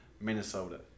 Minnesota